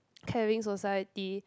caring society